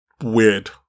weird